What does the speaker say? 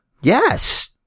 Yes